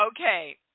Okay